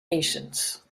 nations